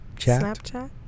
Snapchat